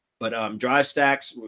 but i'm dr stacks,